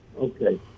Okay